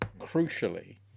crucially